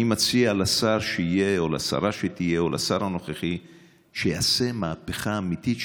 אני מציע לשר שיהיה או לשרה שתהיה או לשר הנוכחי שיעשו מהפכה אמיתית,